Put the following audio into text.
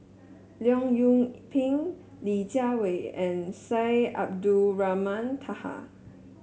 Leong Yoon Pin Li Jiawei and Syed Abdulrahman Taha